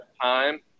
time